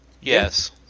yes